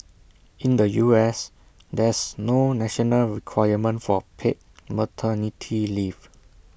in the U S there's no national requirement for paid maternity leave